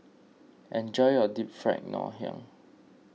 enjoy your Deep Fried Ngoh Hiang